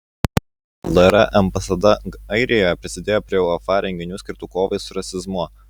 lr ambasada airijoje prisidėjo prie uefa renginių skirtų kovai su rasizmu